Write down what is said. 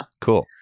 Cool